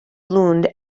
lund